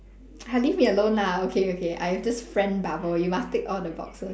leave me alone lah okay okay I have this friend bubble you must tick all the boxes